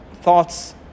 thoughts